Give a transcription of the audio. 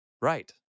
Right